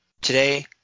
Today